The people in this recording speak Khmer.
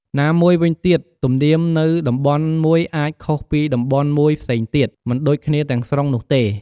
ណាមួយវិញទៀតទំនៀមនៅតំបន់មួយអាច ខុសពីតំបន់មួយផ្សេងទៀត មិនដូចគ្នាទាំងស្រុងនោះទេ។